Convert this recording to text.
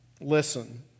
Listen